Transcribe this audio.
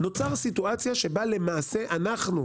נוצרת סיטואציה שבה למעשה אנחנו,